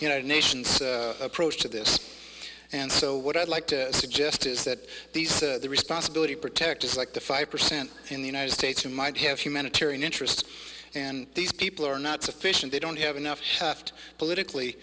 united nations approach to this and so what i'd like to suggest is that these the responsibility to protect is like the five percent in the united states who might have humanitarian interests and these people are not sufficient they don't have enough shaft politically